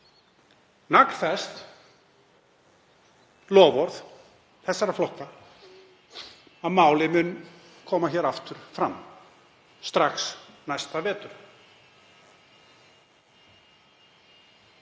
naglfest loforð þessara flokka, að málið mun koma aftur fram strax næsta vetur.